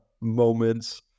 moments